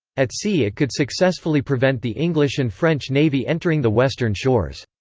at sea it could successfully prevent the english and french navy entering the western shores.